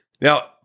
now